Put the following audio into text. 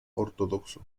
ortodoxo